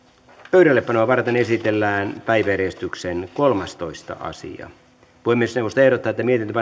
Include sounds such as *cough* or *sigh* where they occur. pöydällepanoa varten esitellään päiväjärjestyksen kolmastoista asia puhemiesneuvosto ehdottaa että mietintö *unintelligible*